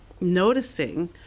noticing